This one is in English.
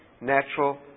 natural